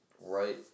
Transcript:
right